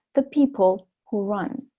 the people who run.